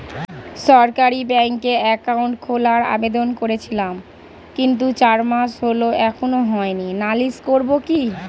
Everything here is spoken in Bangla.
সরকারি ব্যাংকে একাউন্ট খোলার আবেদন করেছিলাম কিন্তু চার মাস হল এখনো হয়নি নালিশ করব কি?